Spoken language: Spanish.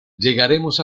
llegaremos